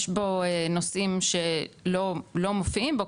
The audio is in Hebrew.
יש בו נושאים שלא מופיעים בו,